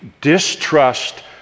distrust